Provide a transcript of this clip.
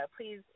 Please